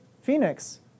Phoenix